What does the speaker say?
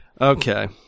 Okay